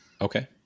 Okay